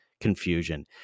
confusion